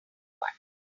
one